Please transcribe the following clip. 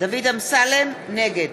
נגד